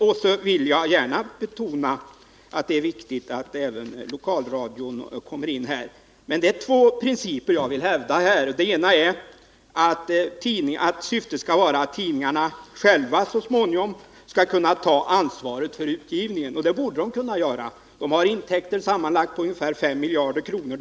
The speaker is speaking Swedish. Vidare vill jag gärna betona att det är viktigt att även lokalradion kommer in här. Men det är två principer jag vill hävda: Den ena är att syftet skall vara att tidningarna själva så småningom skall kunna ta ansvaret för utgivningen. Det borde de kunna göra, eftersom de har intäkter på sammanlagt ungefär 5 miljarder kronor.